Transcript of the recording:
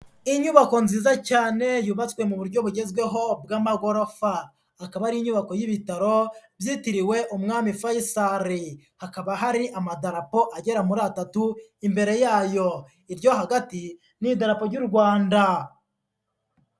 Inyubako nziza cyane yubatswe mu buryo bugezweho bw'amagorofa. Akaba ari inyubako y'ibitaro byitiriwe umwami Faisal, hakaba hari amadarapo agera muri atatu imbere yayo, iryo hagati ni idarapo ry'u Rwanda.